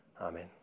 Amen